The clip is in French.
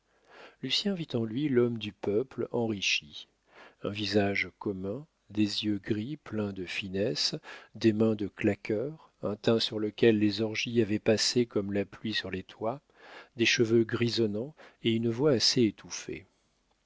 lucien vit en lui l'homme du peuple enrichi un visage commun des yeux gris pleins de finesse des mains de claqueur un teint sur lequel les orgies avaient passé comme la pluie sur les toits des cheveux grisonnants et une voix assez étouffée